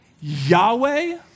Yahweh